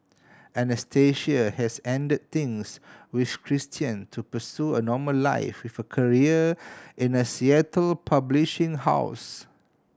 Anastasia has end things with Christian to pursue a normal life with a career in a Seattle publishing house